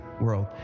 world